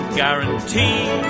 guarantee